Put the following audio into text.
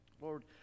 Lord